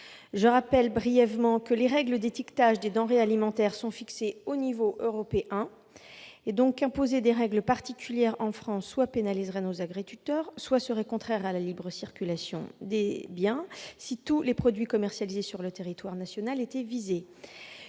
Je rappelle brièvement que les règles d'étiquetage des denrées alimentaires sont fixées au niveau européen. Par conséquent, imposer des règles particulières en France soit pénaliserait nos agriculteurs, soit serait contraire à la libre circulation des biens si tous les produits commercialisés sur le territoire national étaient visés.